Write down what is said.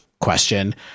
question